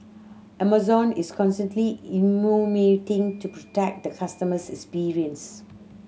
Amazon is constantly innovating to protect the customers experience